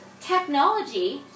technology